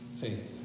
faith